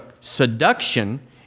seduction